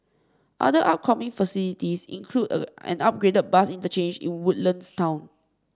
other upcoming facilities include an upgraded bus interchange in Woodlands town